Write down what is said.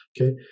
okay